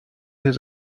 his